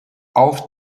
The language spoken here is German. auf